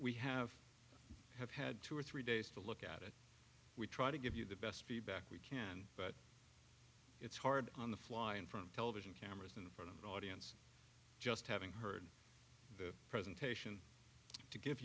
we have have had two or three days to look at it we try to give you the best feedback we can but it's hard on the fly in front of television camera in front of an audience just having heard the presentation to give